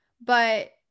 But-